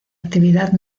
actividad